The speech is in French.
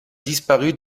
disparu